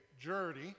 journey